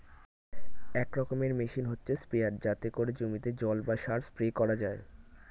এক রকমের মেশিন হচ্ছে স্প্রেয়ার যাতে করে জমিতে জল বা সার স্প্রে করা যায়